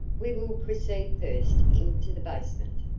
we will proceed first into the basement.